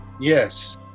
Yes